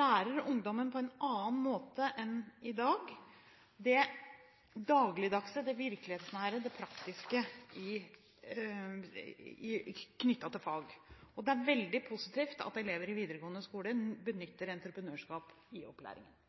lærer ungdommen – på en annen måte enn i dag – det dagligdagse, det virkelighetsnære og det praktiske knyttet til fag. Det er veldig positivt at elever i videregående skole benytter seg av entreprenørskap i opplæringen.